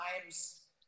times